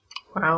Wow